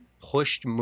pushed